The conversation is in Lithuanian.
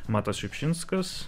matas šiupšinskas sveiki